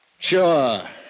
Sure